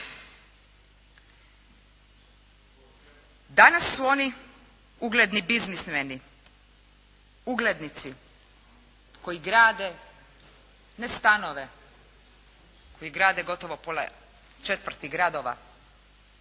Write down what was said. Danas su oni ugledni biznismeni, uglednici koji grade ne stanove, koji grade gotovo pola četvrti gradova,